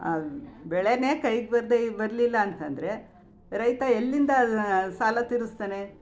ಬೆಳೆಯೇ ಕೈಗೆ ಬರದೆ ಬರಲಿಲ್ಲಾಂತಂದ್ರೆ ರೈತ ಎಲ್ಲಿಂದ ಸಾಲ ತೀರಿಸ್ತಾನೆ